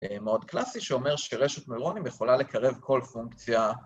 ‫מאוד קלאסי, שאומר שרשת נויירונים ‫יכולה לקרב כל פונקציה...